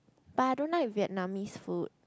but I don't like Vietnamese food